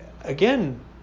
Again